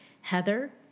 Heather